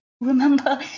remember